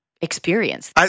Experience